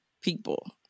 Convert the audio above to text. people